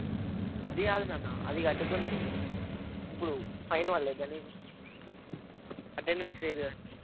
అది కాదు నాన్న అది కట్టకు నువ్వు ఇప్పుడు ఫైన్ పడలేదా నీకు అటెండెన్స్ లేదు కదా నీకు